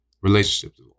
Relationships